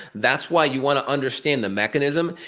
that's why you wanna understand the mechanism,